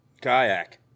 Kayak